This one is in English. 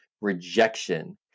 rejection